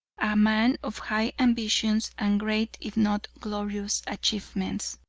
a man of high ambitions and great if not glorious achievements.